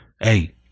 hey